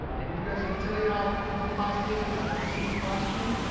and because it'll tell you how the whole class did and on every single question.